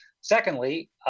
Secondly